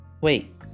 wait